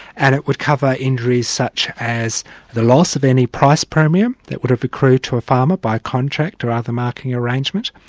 and it would cover injuries such as the loss of any price premium that would have accrued to a farmer by contract or other marketing arrangement,